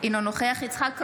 אינו נוכח יצחק קרויזר,